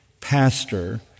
pastor